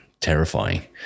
terrifying